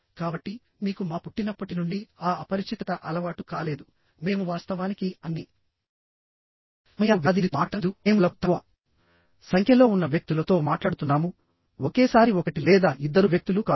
కాబట్టి మీకు మా పుట్టినప్పటి నుండి ఆ అపరిచితత అలవాటు కాలేదు మేము వాస్తవానికి అన్ని సమయాల్లో వేలాది మందితో మాట్లాడటం లేదు మేము ఎల్లప్పుడూ తక్కువ సంఖ్యలో ఉన్న వ్యక్తులతో మాట్లాడుతున్నాము ఒకేసారి ఒకటి లేదా ఇద్దరు వ్యక్తులు కాదు